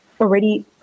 already